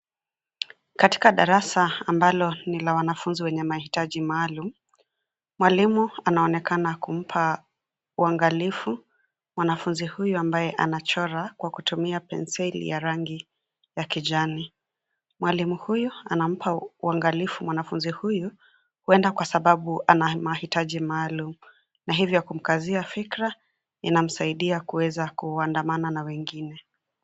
Katika darasa ambalo ni la wanafunzi wenye mahitaji maalum; mwalimu anaonekana kumpa uangalifu mwanafunzi huyu ambaye anachora kwa kutumia penseli ya rangi ya kijani. Mwalimu huyu anampa uangalifu mwanafunzi huyu, huenda kwa sababu ana mahitaji maalum na hivyo kumkazia fikra inamsaidia kuweza kuandamana na wengine.